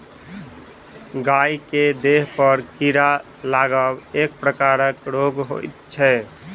गाय के देहपर कीड़ा लागब एक प्रकारक रोग होइत छै